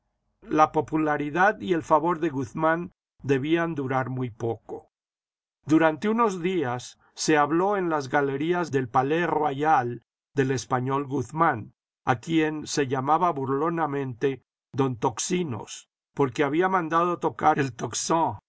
la popularidad y el favor de guzmán debían durar muy poco durante unos días se habló en las galerías del palais royal del español guzmán a quien se llamaba burlonamente don tocsinos porque había mandado tocar el tocsin